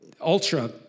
ultra